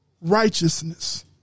righteousness